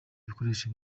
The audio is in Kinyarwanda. bikoresho